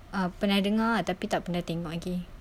ah pernah dengar tapi tak pernah tengok lagi